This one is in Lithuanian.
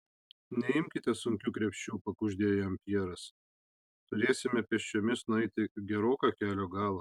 neimkite sunkių krepšių pakuždėjo jam pjeras turėsime pėsčiomis nueiti geroką kelio galą